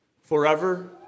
forever